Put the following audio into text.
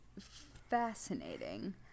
fascinating